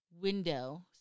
window